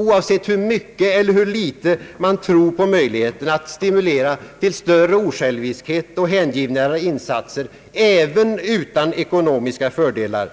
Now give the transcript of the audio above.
Oavsett hur mycket eller litet man tror på möjligheten att stimulera till större osjälviskhet och hängivnare insatser, även utan ekonomiska fördelar,